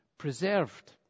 preserved